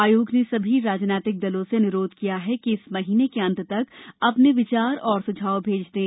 आयोग ने सभी राजनीतिक दलों से अनुरोध किया है कि इस महीने के अंत तक अपने विचार और सुझाव भेज दें